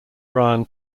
brian